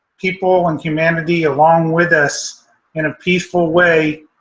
people and humanity along with us in a peaceful way.